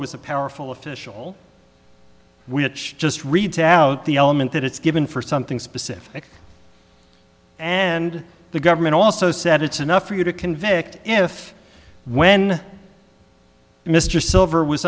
was a powerful official we had just read to out the element that it's given for something specific and the government also said it's enough for you to convict if when mr silver was